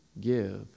give